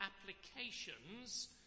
applications